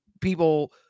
people